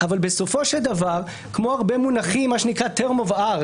אבל בסופו של דבר כמו הרבה מונחים מה שנקרא "Term of art",